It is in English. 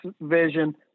vision